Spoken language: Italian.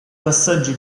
passaggi